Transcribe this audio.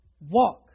walk